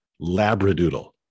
labradoodle